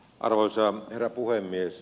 arvoisa herra puhemies